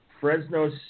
Fresno